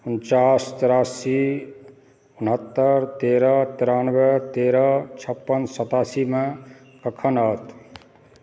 उनचास तिरासी उनहत्तर तेरह तिरानबे तेरह छप्पन सतासीमे कखन आओत